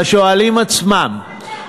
לשואלים עצמם,